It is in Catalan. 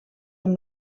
amb